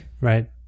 Right